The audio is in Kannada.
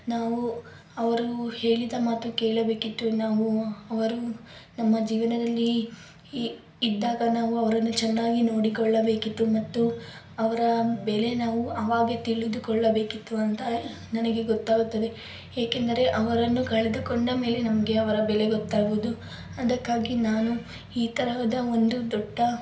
ನಾವು ಅವರು ಹೇಳಿದ ಮಾತು ಕೇಳಬೇಕಿತ್ತು ನಾವು ಅವರು ನಮ್ಮ ಜೀವನದಲ್ಲಿ ಇ ಇದ್ದಾಗ ನಾವು ಅವರನ್ನು ಚೆನ್ನಾಗಿ ನೋಡಿಕೊಳ್ಳಬೇಕಿತ್ತು ಮತ್ತು ಅವರ ಬೆಲೆ ನಾವು ಅವಾಗ ತಿಳಿದುಕೊಳ್ಳಬೇಕಿತ್ತು ಅಂತ ನನಗೆ ಗೊತ್ತಾಗುತ್ತದೆ ಏಕೆಂದರೆ ಅವರನ್ನು ಕಳೆದುಕೊಂಡ ಮೇಲೆ ನಮಗೆ ಅವರ ಬೆಲೆ ಗೊತ್ತಾಗೋದು ಅದಕ್ಕಾಗಿ ನಾನು ಈ ತರಹದ ಒಂದು ದೊಡ್ಡ